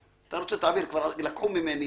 כבר לקחו ממני